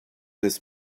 this